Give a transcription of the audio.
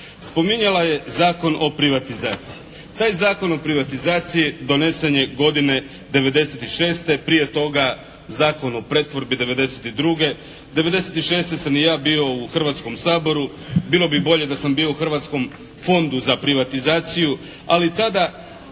Spominjala je Zakon o privatizaciji. Taj Zakon o privatizaciji donesen je godine '96., prije toga Zakon o pretvorbi '92. '96. sam i ja bio u Hrvatskom saboru, bilo bi bolje da sam bio u Hrvatskom fondu za privatizaciju, ali tada